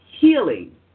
healing